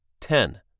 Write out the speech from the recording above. Ten